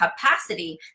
capacity